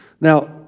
Now